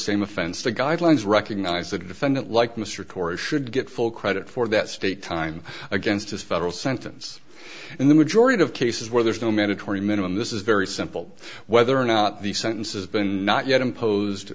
same offense the guidelines recognize the defendant like mr corey should get full credit for that state time against his federal sentence in the majority of cases where there is no mandatory minimum this is very simple whether or not the sentence is been not yet imposed